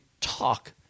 talk